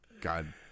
God